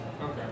Okay